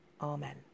Amen